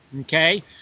okay